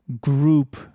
group